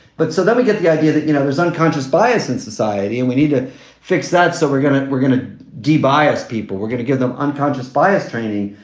but so let me get the idea that, you know, there's unconscious bias in society and we need to fix that. so we're going to we're going to dubai as people. we're going to give them unconscious bias training.